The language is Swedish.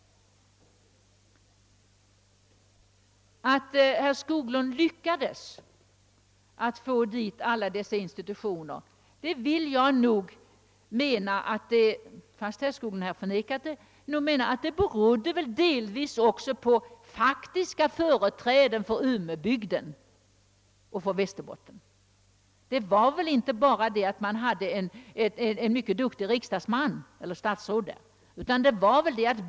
Men att herr Skoglund lyckades få dit alla dessa institutioner berodde nog, fastän herr Skoglund förnekat det, delvis också på faktiska företräden för Umebygden och Västerbotten och alltså inte bara på att man där uppe hade en mycket duktig riksdagsman eller ett duktigt statsråd.